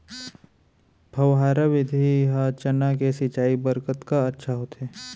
फव्वारा विधि ह चना के सिंचाई बर कतका अच्छा होथे?